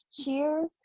cheers